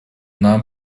нам